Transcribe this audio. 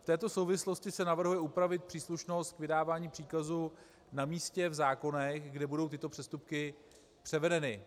V této souvislosti se navrhuje upravit příslušnost k vydávání příkazu na místě v zákonech, kam budou tyto přestupky převedeny.